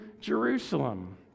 Jerusalem